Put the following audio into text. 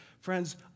Friends